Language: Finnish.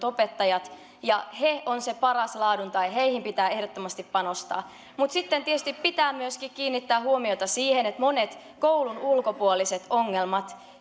opettajat he ovat se paras laadun tae ja heihin pitää ehdottomasti panostaa mutta sitten tietysti pitää myöskin kiinnittää huomiota siihen että monet koulun ulkopuoliset ongelmat